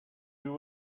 you